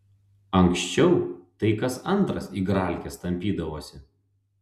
anksčiau tai kas antras igralkes tampydavosi